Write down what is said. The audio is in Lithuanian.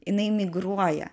jinai migruoja